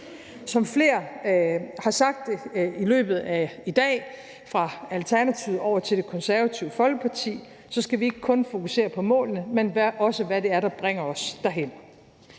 Som flere har sagt det i løbet af i dag fra Alternativet over til Det Konservative Folkeparti, skal vi ikke kun fokusere på målene, men også på, hvad det er, der bringer os derhen.